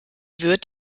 wird